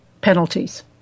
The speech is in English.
penalties